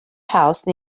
house